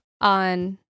on